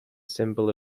symbol